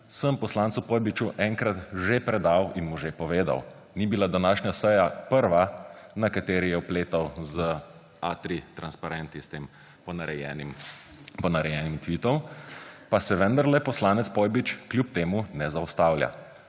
sem poslancu Pojbiču enkrat že predal in mu že povedal, ni bila današnja seja prva, na kateri je opletal z A3 transparenti s tem ponarejenim tvitom, pa se vendarle poslanec Pojbič kljub temu ne zaustavlja.